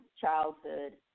childhood